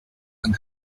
and